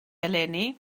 eleni